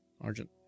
argent